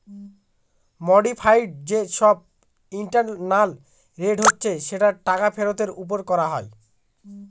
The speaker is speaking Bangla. মডিফাইড যে সব ইন্টারনাল রেট হচ্ছে যেটা টাকা ফেরতের ওপর করা হয়